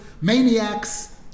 maniacs